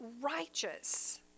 righteous